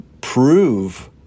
prove